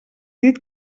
dit